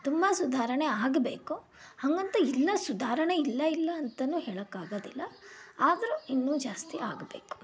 ತುಂಬಾ ಸುಧಾರಣೆ ಆಗಬೇಕು ಹಾಗಂತ ಇಲ್ಲ ಸುಧಾರಣೆ ಇಲ್ಲ ಇಲ್ಲ ಅಂತನೂ ಹೇಳೋಕ್ಕಾಗೋದಿಲ್ಲ ಆದರೂ ಇನ್ನೂ ಜಾಸ್ತಿ ಆಗಬೇಕು